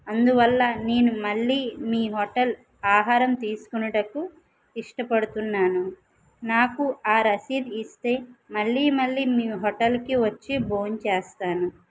అందువల్ల నేను మళ్ళీ మీ హోటల్ ఆహారం తీసుకునేటప్పుడు ఇష్టపడుతున్నాను నాకు ఆ రసీదు ఇస్తే మళ్లీ మళ్లీ మేము మీ హోటల్ కి వచ్చి భోం చేస్తాను